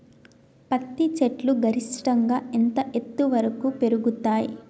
పత్తి చెట్లు గరిష్టంగా ఎంత ఎత్తు వరకు పెరుగుతయ్?